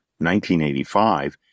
1985